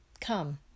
Come